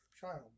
child